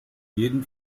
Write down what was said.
jeden